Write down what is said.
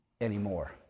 anymore